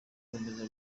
gukomeza